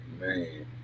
man